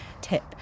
tip